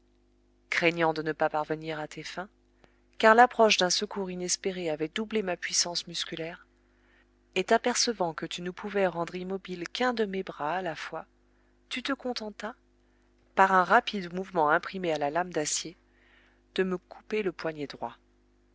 craignant de ne pas parvenir à tes fins car l'approche d'un secours inespéré avait doublé ma puissance musculaire et t'apercevant que tu ne pouvais rendre immobile qu'un de mes bras à la fois tu te contentas par un rapide mouvement imprimé à la lame d'acier de me couper le poignet droit